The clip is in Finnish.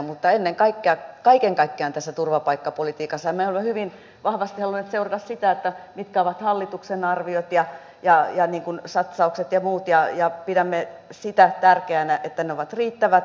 mutta ennen kaikkea kaiken kaikkiaan tässä turvapaikkapolitiikassa me olemme hyvin vahvasti halunneet seurata sitä mitkä ovat hallituksen arviot ja satsaukset ja muut ja pidämme sitä tärkeänä että ne ovat riittävät